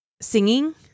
singing